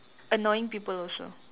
annoying people also